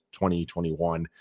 2021